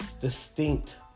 distinct